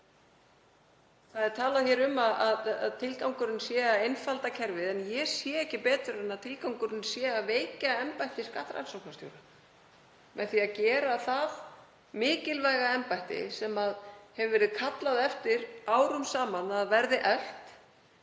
máli. Talað er um að tilgangurinn sé að einfalda kerfið en ég sé ekki betur en að tilgangurinn sé að veikja embætti skattrannsóknarstjóra með því að gera það mikilvæga embætti, sem hefur verið kallað eftir árum saman að verði eflt